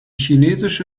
chinesische